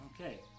Okay